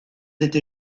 été